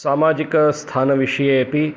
सामाजिकस्थानविषये अपि